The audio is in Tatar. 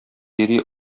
йөри